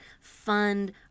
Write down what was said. Fund